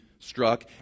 Struck